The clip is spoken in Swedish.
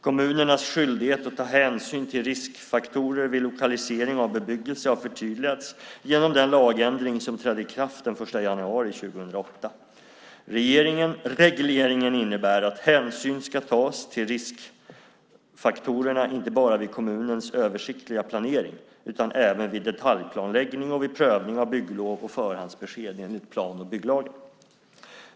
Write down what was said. Kommunernas skyldighet att ta hänsyn till riskfaktorer vid lokalisering av bebyggelse har förtydligats genom den lagändring som trädde i kraft den 1 januari 2008. Regleringen innebär att hänsyn ska tas till riskfaktorerna inte bara vid kommunens översiktliga planering utan även vid detaljplanläggning och vid prövning av bygglov och förhandsbesked enligt plan och bygglagen.